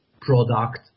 product